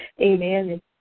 Amen